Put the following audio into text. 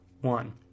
one